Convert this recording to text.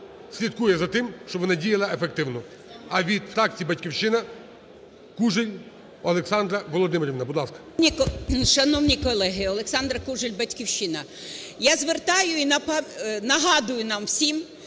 слідкує за тим, щоб вона діяла ефективно. А від фракції "Батьківщина" Кужель Олександра Володимирівна, будь ласка. 17:37:53 КУЖЕЛЬ О.В. Шановні колеги, Олександра Кужель, "Батьківщина". Я звертаю і нагадую нам усім,